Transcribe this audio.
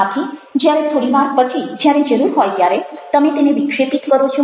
આથી જ્યારે થોડી વાર પછી જ્યારે જરૂર હોય ત્યારે તમે તેને વિક્ષેપિત કરો છો